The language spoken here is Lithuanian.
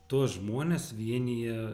tuos žmones vienija